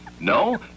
No